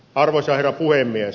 arvoisa herra puhemies